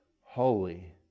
holy